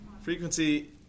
Frequency